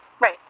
Right